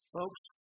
Folks